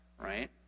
right